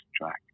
track